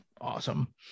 awesome